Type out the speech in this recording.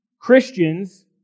Christians